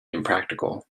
impractical